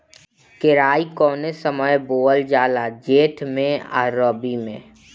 केराई कौने समय बोअल जाला जेठ मैं आ रबी में?